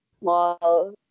small